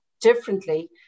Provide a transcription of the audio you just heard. differently